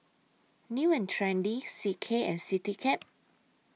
New and Trendy C K and Citycab